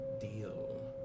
Deal